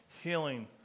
healing